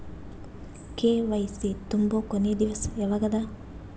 KYC ತುಂಬೊ ಕೊನಿ ದಿವಸ ಯಾವಗದ?